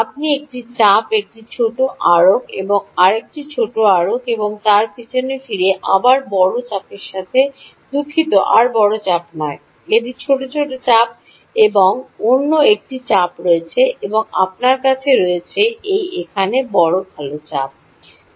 আপনি একটি চাপ একটি ছোট আরক এবং আরেকটি ছোট আরক এবং তার পিছন ফিরে আবার বড় চাপের সাথে দুঃখিত আরও বড় চাপ নয় একটি ছোট ছোট চাপ এবং অন্য একটি চাপ রয়েছে এবং আপনার কাছে রয়েছে এই এখানে বড় চাপ ভাল